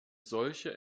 solche